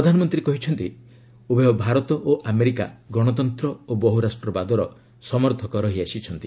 ପ୍ରଧାନମନ୍ତ୍ରୀ କହିଛନ୍ତି ଉଭୟ ଭାରତ ଓ ଆମେରିକା ଗଣତନ୍ତ୍ର ଓ ବହୁରାଷ୍ଟ୍ରବାଦର ସମର୍ଥକ ରହିଆସିଛନ୍ତି